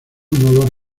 olor